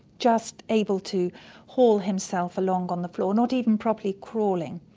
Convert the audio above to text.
just able to haul himself along on the floor, not even properly crawling,